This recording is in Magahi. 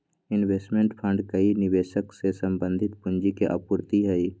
इन्वेस्टमेंट फण्ड कई निवेशक से संबंधित पूंजी के आपूर्ति हई